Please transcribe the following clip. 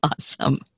Awesome